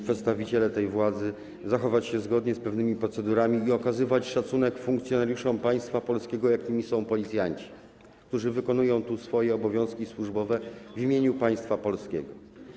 Przedstawiciele władzy, szanowni państwo, muszą zachowywać się zgodnie z pewnymi procedurami i okazywać szacunek funkcjonariuszom państwa polskiego, jakimi są policjanci, którzy wykonują swoje obowiązki służbowe w imieniu państwa polskiego.